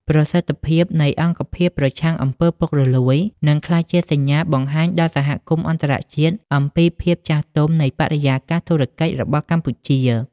ប្រសិទ្ធភាពនៃអង្គភាពប្រឆាំង អំពើពុករលួយ នឹងក្លាយជាសញ្ញាបង្ហាញដល់សហគមន៍អន្តរជាតិអំពីភាពចាស់ទុំនៃបរិយាកាសធុរកិច្ចរបស់កម្ពុជា។